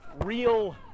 real